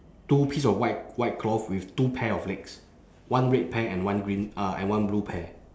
two piece of white white cloth with two pair of legs one red pair and one green uh and one blue pair